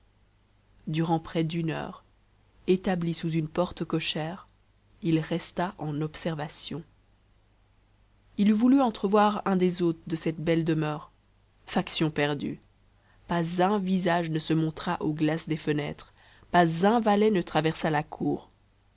durant près d'une heure établi sous une porte cochère il resta en observation il eût voulu entrevoir un des hôtes de cette belle demeure faction perdue pas un visage ne se montra aux glaces des fenêtres pas un valet ne traversa la cour